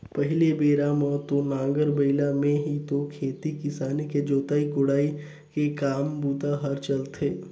पहिली बेरा म तो नांगर बइला में ही तो खेती किसानी के जोतई कोड़ई के काम बूता हर चलथे